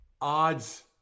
odds